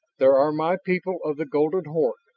there are my people of the golden horde,